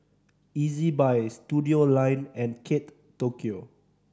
Ezbuy Studioline and Kate Tokyo